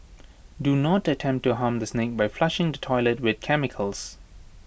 do not attempt to harm the snake by flushing the toilet with chemicals